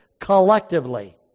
Collectively